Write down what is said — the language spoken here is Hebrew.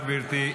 תודה, גברתי.